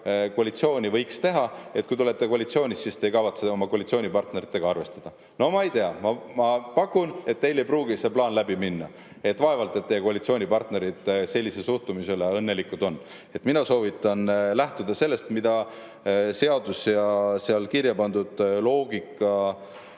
koalitsiooni võiks teha, et kui teie olete koalitsioonis, siis te ei kavatse oma koalitsioonipartneritega arvestada. No ma ei tea. Ma pakun, et teil ei pruugi see plaan läbi minna. Vaevalt, et teie koalitsioonipartnerid sellise suhtumise üle õnnelikud on. Mina soovitan lähtuda sellest, mida seadus ja seal kirja pandud loogika